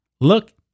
Look